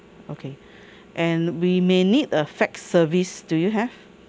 okay and we may need a fax service do you have